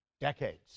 decades